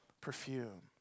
perfume